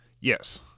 Yes